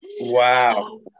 Wow